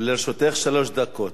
לרשותך שלוש דקות.